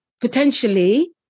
potentially